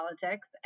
politics